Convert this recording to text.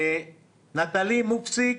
נטלי מופסיק,